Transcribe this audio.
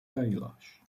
kailash